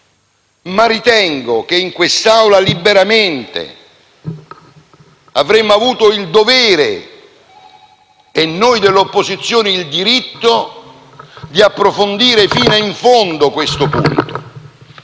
ma ritengo che in quest'Aula, liberamente, avremmo avuto il dovere (e noi dell'opposizione il diritto) di approfondire fino in fondo questo punto,